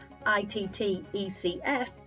ITT-ECF